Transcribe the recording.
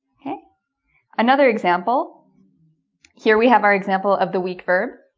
hey another example here we have our example of the week verb